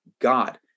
God